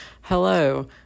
Hello